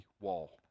wall